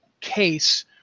case